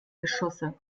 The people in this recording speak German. geschosse